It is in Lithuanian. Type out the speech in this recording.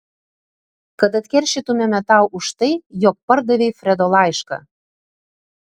kad atkeršytumėme tau už tai jog pardavei fredo laišką